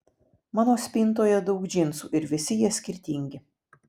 mano spintoje daug džinsų ir visi jie skirtingi